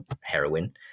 heroin